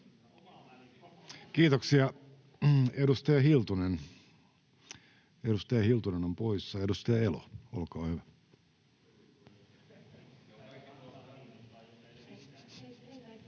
Kiitoksia. — Edustaja Hiltunen on poissa. — Edustaja Elo, olkaa hyvä.